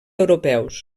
europeus